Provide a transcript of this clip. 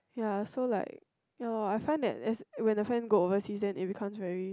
ya so like ya I find that as when a friend go overseas then it's become very